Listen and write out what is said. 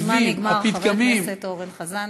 הניבים, הפתגמים, הזמן נגמר, חבר הכנסת אורן חזן.